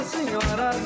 Senhora